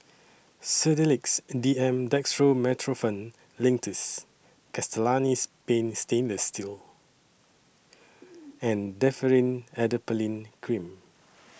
Sedilix D M Dextromethorphan Linctus Castellani's Paint Stainless Steel and Differin Adapalene Cream